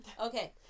Okay